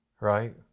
Right